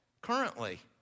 currently